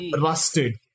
rusted